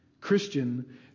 Christian